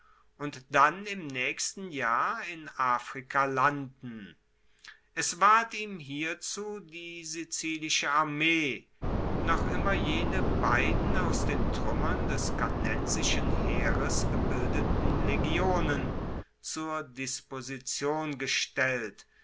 und dann im naechsten jahr in afrika landen es ward ihm hierzu die sizilische armee noch immer jene beiden aus den truemmern des cannensischen heeres gebildeten legionen zur disposition gestellt